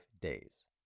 days